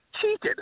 cheated